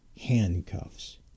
handcuffs